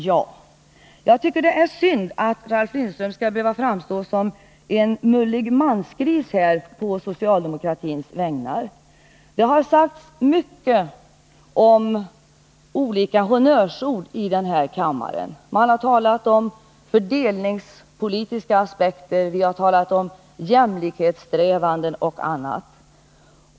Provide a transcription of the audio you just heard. Jag tycker det är synd att Ralf Lindström nu skall behöva framstå som en mullig mansgris på socialdemokratins vägnar. Det har sagts mycket om olika honnörsord i den här kammaren. Man har talat om fördelningspolitiska aspekter, jämlikhetssträvanden och annat.